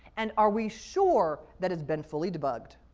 and are we sure that it's been fully debugged,